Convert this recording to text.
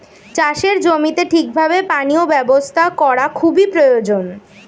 চাষের জমিতে ঠিক ভাবে পানীয় ব্যবস্থা করা খুবই প্রয়োজন